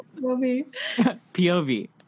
POV